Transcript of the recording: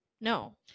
No